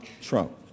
Trump